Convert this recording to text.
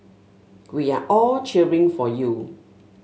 we are all cheering for you